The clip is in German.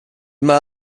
immer